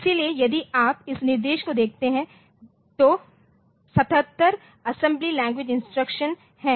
इसलिए यदि आप इस निर्देश को देखते हैं तो 77 असेंबली लैंग्वेज इंस्ट्रक्शन हैं